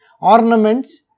ornaments